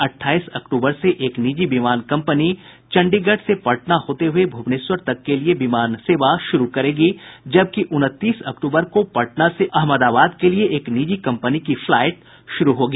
अटठाईस अक्टूबर से एक निजी विमान कंपनी चंडीगढ़ से पटना होते हुए भुवनेश्वर तक के लिए विमान सेवा शुरू करेगी जबकि उनतीस अक्टूबर को पटना से अहमदाबाद के लिए एक निजी कंपनी की फ्लाइट शुरू होगी